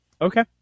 Okay